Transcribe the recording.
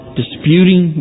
disputing